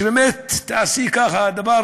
שבאמת תעשי ככה דבר